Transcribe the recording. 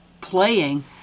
playing